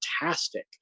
fantastic